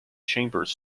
chambers